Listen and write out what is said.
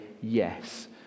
yes